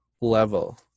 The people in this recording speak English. level